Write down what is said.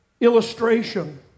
illustration